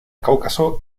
cáucaso